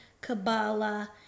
Kabbalah